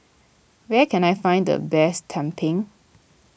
where can I find the best Tumpeng